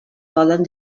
poden